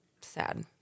sad